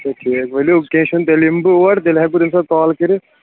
اچھا ٹھیٖک ؤلِو کینہہ چُھنہٕ تیٚلہِ یِمہٕ بہٕ اور تیٚلہٕ ہیٚکہٕ بہٕ تمہِ ساتہٕ کال کٔرِتھ